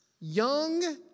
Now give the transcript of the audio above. Young